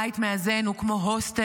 בית מאזן הוא כמו הוסטל,